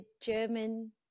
German